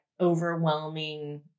overwhelming